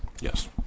Yes